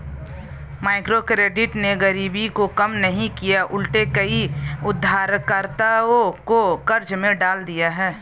microcredit ने गरीबी को कम नहीं किया उलटे कई उधारकर्ताओं को कर्ज में डाल दिया है